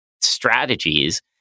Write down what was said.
strategies